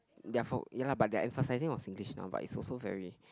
they are from ya lah but they are emphasizing on Singlish now but is also very